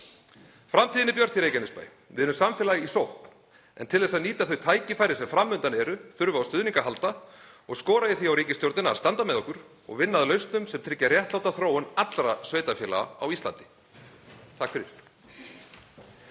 Framtíðin er björt í Reykjanesbæ. Við erum samfélag í sókn en til þess að nýta þau tækifæri sem fram undan eru þurfum við á stuðningi að halda og skora ég því á ríkisstjórnina að standa með okkur og vinna að lausnum sem tryggja réttláta þróun allra sveitarfélaga á Íslandi. SPEECH_END